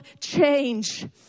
change